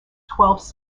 twelfth